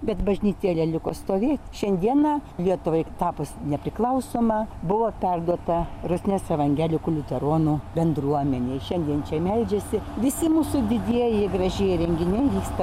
bet bažnytėlė liko stovėt šiandieną lietuvai tapus nepriklausoma buvo perduota rusnės evangelikų liuteronų bendruomenei šiandien čia meldžiasi visi mūsų didieji gražieji renginiai vyksta